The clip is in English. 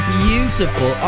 beautiful